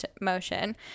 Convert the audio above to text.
motion